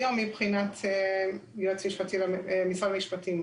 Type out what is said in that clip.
מבחינתי או מבחינת משרד המשפטים?